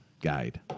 guide